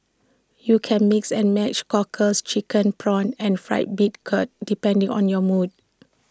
you can mix and match Cockles Chicken Prawns and Fried Bean Curd depending on your mood